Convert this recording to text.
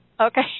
okay